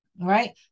Right